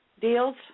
deals